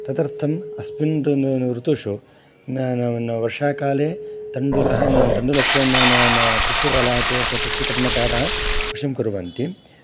तदर्थम् अस्मिन् ऋतुषु वर्षाकाले तण्डुलः तण्डुलस्य न कृषिवलाः कृषिकर्मकाराः कृषिं कुर्वन्ति